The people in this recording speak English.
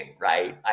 right